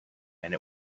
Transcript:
and